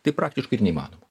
tai praktiškai ir neįmanoma